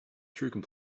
through